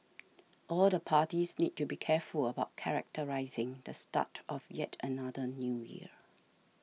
all the parties need to be careful about characterising the start of yet another New Year